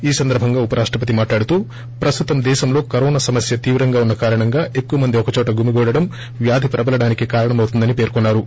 ఈ సందర్బంగా ఉప రాష్టపతి మాట్లాడుతూ ప్రస్తుతం దేశంలో కరోనా సమస్య తీవ్రంగా ఉన్న కారణంగా ఎక్కువమంది ఒకచోట గుమ్తిగూడడం వ్యాధి ప్రబలడానికి కారణమవుతుందని పర్కొన్నా రు